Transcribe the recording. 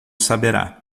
saberá